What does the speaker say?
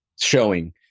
showing